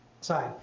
side